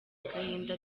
agahinda